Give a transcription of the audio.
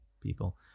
people